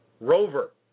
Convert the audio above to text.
rover